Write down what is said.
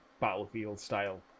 battlefield-style